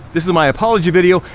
this is my apology video,